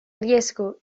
riesgo